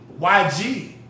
YG